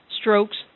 strokes